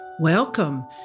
Welcome